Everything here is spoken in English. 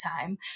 time